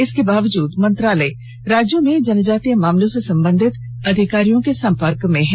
इसके बावजूद मंत्रालय राज्यों में जनजातीय मामलों से संबंधित अधिकारियों के संपर्क है